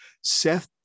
Seth